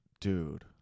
dude